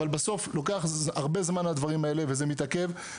אבל בסוף לוקח הרבה זמן לדברים אלה וזה מתעכב.